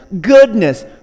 goodness